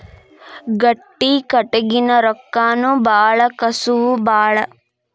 ಗಟ್ಟಿ ಕಟಗಿಗೆ ರೊಕ್ಕಾನು ಬಾಳ ಕಸುವು ಬಾಳ